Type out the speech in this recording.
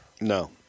no